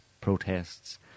protests